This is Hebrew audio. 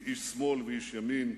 עם איש שמאל ואיש ימין,